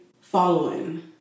following